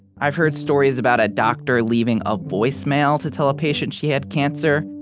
i've heard stories about a doctor leaving a voicemail to tell a patient she had cancer.